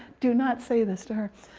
do not say this to her!